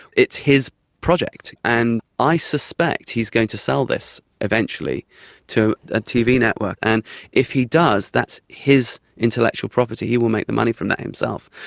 it's his project. and i suspect he's going to sell this eventually to a tv network, and if he does that's his intellectual property, he will make the money from that himself.